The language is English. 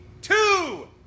two